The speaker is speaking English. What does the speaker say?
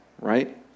right